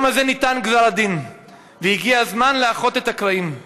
היום הזה ניתן גזר-הדין והגיע הזמן לאחות את הקרעים.